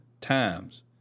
times